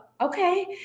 okay